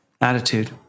Attitude